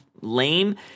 lame